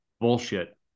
Bullshit